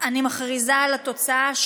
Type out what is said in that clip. מכריזה על התוצאה: